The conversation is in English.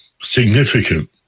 significant